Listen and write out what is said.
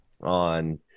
on